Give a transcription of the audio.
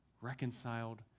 reconciled